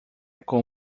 com